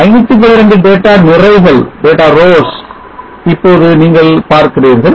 512 data நிரைகள் இப்போது நீங்கள் பார்க்கறீர்கள்